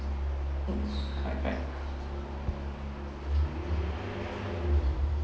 mm correct correct